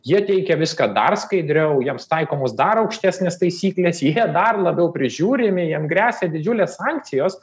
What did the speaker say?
jie teikia viską dar skaidriau jiems taikomos dar aukštesnės taisyklės jie dar labiau prižiūrimi jiem gresia didžiulės sankcijos